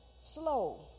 slow